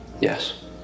Yes